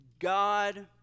God